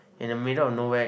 in the middle of nowhere